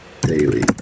daily